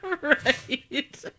Right